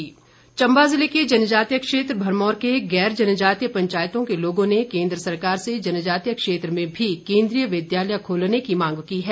ज्ञापन चम्बा ज़िले के जनजातीय क्षेत्र भरमौर के गैर जनजातीय पंचायतों के लोगों ने केन्द्र सरकार से जनजातीय क्षेत्र में भी केन्द्रीय विद्यालय खोलने की मांग की है